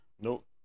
Nope